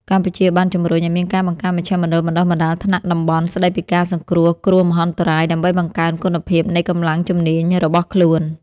កម្ពុជាបានជំរុញឱ្យមានការបង្កើតមជ្ឈមណ្ឌលបណ្តុះបណ្តាលថ្នាក់តំបន់ស្តីពីការសង្គ្រោះគ្រោះមហន្តរាយ ដើម្បីបង្កើនគុណភាពនៃកម្លាំងជំនាញរបស់ខ្លួន។